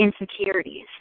insecurities